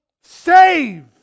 save